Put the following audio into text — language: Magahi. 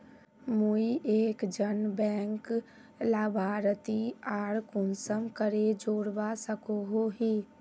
मुई एक जन बैंक लाभारती आर कुंसम करे जोड़वा सकोहो ही?